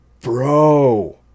Bro